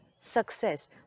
success